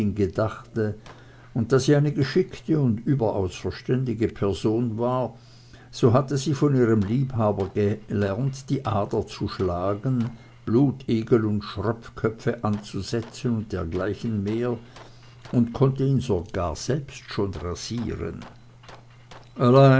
gedachte und da sie eine geschickte und überaus verständige person war so hatte sie von ihrem liebhaber gelernt die ader zu schlagen blutigel und schröpfköpfe anzusetzen und dergleichen mehr und konnte ihn selbst sogar schon rasieren